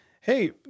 hey